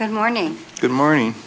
good morning good morning